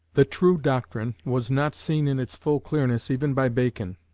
the true doctrine was not seen in its full clearness even by bacon,